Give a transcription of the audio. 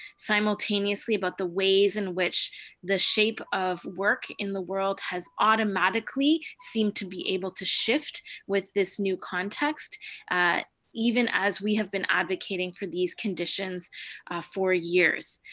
simultaneously, about the ways in which the shape of work in the world has automatically seem to be able to shift with this new context even as we have been advocating for these conditions for years.